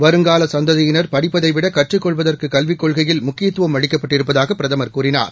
வருங்கால சந்ததியினர் படிப்பதைவிட கற்றுக் கொள்வதற்கு கல்விக் கொள்கையில் முக்கியத்துவம் அளிக்கப்பட்டிருப்பதாக பிரதமர் கூறினார்